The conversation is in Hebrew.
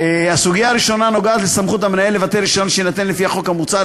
הסוגיה הראשונה נוגעת לסמכות המנהל לבטל רישיון שיינתן לפי החוק המוצע,